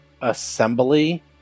assembly